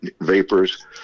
vapors